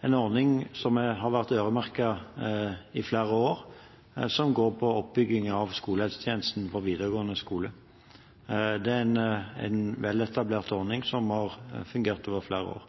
en ordning som har vært øremerket i flere år, som går på oppbygging av skolehelsetjenesten på videregående skole. Det er en veletablert ordning som har fungert over flere år.